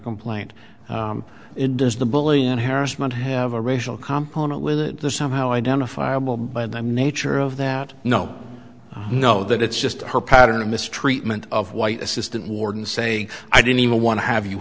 might have a racial component with it somehow identifiable by the nature of that no no that it's just her pattern of mistreatment of white assistant warden say i didn't even want to have you